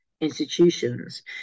institutions